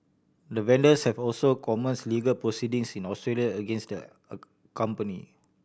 the vendors have also commenced legal proceedings in Australia against the a company